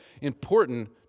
important